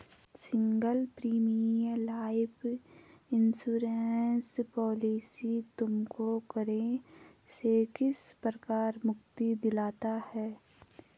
Single premium life insurance policy तुमको करों से किस प्रकार मुक्ति दिलाता है?